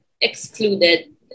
excluded